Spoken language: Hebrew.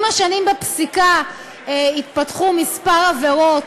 עם השנים התפתחו בפסיקה כמה עבירות